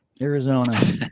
Arizona